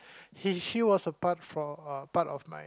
he she was a part for uh part of my